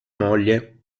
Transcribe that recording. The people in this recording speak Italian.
moglie